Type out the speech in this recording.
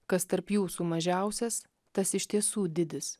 kas tarp jūsų mažiausias tas iš tiesų didis